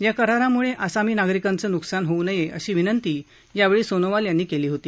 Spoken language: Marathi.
या करारामुळे आसामी नागरिकांचं न्कसान होऊ नये अशी विनंती यावेळी सोनोवाल यांनी केली होती